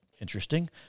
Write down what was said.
interesting